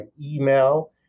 email